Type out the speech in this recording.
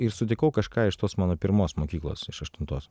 ir sutikau kažką iš tos mano pirmos mokyklos iš aštuntos